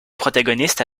protagonistes